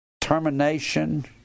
termination